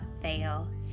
fail